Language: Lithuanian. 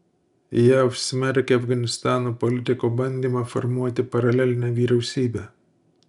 jav smerkia afganistano politiko bandymą formuoti paralelinę vyriausybę